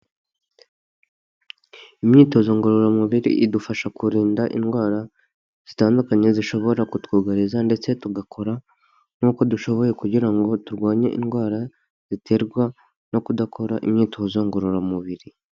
Imyitozo ngororamubiri idufasha kurinda indwara zitandukanye zishobora kutwugariza, ndetse tugakora n'uko dushoboye kugira ngo turwanye indwara ziterwa no kudakora imyitozo ngororamubiri.